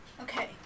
Okay